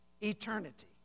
eternity